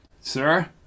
Sir